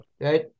right